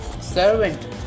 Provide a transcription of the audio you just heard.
servant